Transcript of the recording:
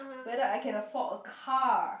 whether I can afford a car